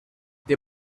they